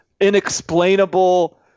inexplainable